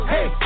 Hey